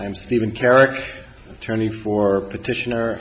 i'm steven carrick attorney for petition